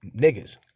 niggas